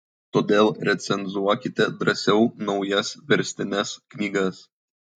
todėl recenzuokite drąsiau naujas verstines knygas